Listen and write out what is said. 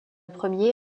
premier